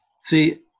See